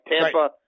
Tampa